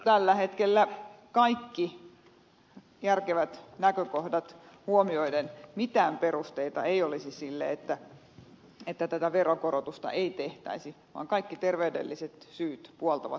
tällä hetkellä kaikki järkevät näkökohdat huomioiden mitään perusteita ei olisi sille että tätä veronkorotusta ei tehtäisi vaan kaikki terveydelliset syyt puoltavat paikkaansa